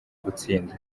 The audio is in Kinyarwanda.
gutsinda